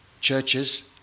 churches